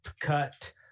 cut